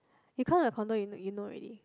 you count your condo you you know already